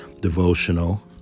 devotional